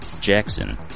Jackson